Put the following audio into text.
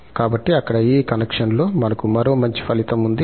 కాబట్టి అక్కడ ఈ కనెక్షన్లో మనకు మరో మంచి ఫలితం ఉంది